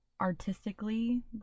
artistically